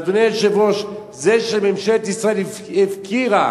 ואדוני היושב-ראש, זה שממשלת ישראל הפקירה